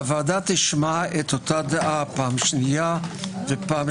והוועדה תשמע את אותה דעה פעם שנייה ושלישית.